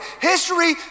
History